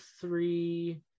three